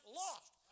lost